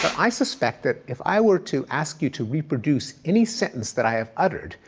i suspect that if i were to ask you to reproduce any sentence that i have uttered,